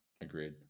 agreed